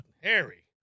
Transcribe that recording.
Harry